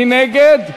מי נגד?